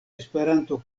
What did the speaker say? esperanto